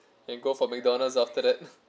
and go for mcdonalds after that